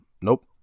Nope